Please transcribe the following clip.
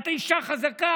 את אישה חזקה.